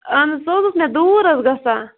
اہن حظ سُہ حظ اوس مےٚ دوٗر حظ گَژھان